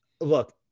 look